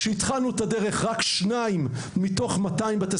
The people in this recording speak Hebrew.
כשהתחלנו את הדרך רק שניים מתוך 200 בתי